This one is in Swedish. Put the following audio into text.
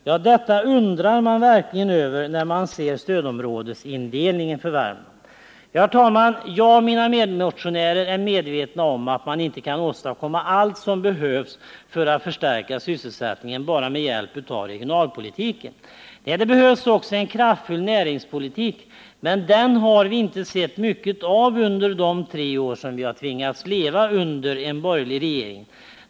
Ja, detta undrar man verkligen över när man ser stödområdesindelningen för Värmland. Herr talman! Jag och mina medmotionärer är medvetna om att man inte kan åstadkomma allt som behövs för att förstärka sysselsättningen bara med hjälp av regionalpolitik. Nej, det behövs också en kraftfull näringspolitik. Men den har vi inte sett mycket av under de tre år som vi har tvingats leva med en borgerlig regering.